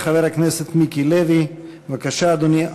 חבר הכנסת מיקי לוי, בבקשה, אדוני.